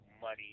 money